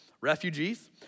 refugees